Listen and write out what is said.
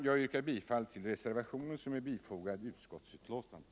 Jag yrkar bifall till den reservation som är fogad till utskottsbetänkandet.